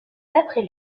d’après